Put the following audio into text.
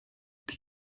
die